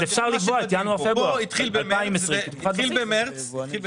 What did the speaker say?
אפשר לקבוע את ינואר-פברואר 2020. למרות שהתחיל במארס,